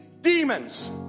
demons